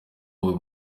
uwo